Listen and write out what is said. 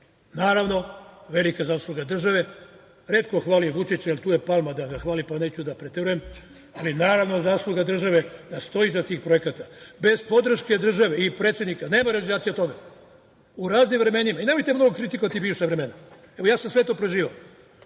metroa. Naravno, velika zasluga države, retko hvalim Vučića, jer tu je Palma da ga hvali pa neću da preterujem, ali naravno zasluga države da stoji iza tih projekata, bez podrške države i predsednika, nema realizacije toga.U raznim vremenima, nemojte mnogo kritikovati bivša vremena, evo, ja sam sve to preživeo,